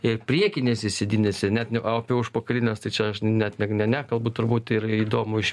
ir priekinėse sėdynėse net o apie užpakalines tai čia aš net ne nekalbu turbūt ir įdomu iš